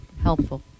helpful